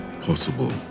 possible